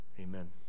amen